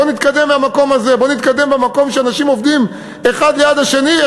בוא נתקדם במקום שאנשים עובדים אחד ליד השני,